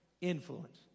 Influence